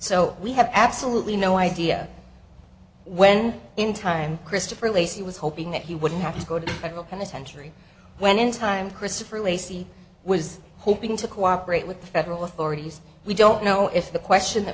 so we have absolutely no idea when in time christopher lacy was hoping that he wouldn't have to go to federal penitentiary when in time christopher lacy was hoping to cooperate with federal authorities we don't know if the question th